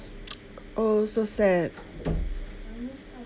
oh so sad